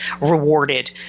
rewarded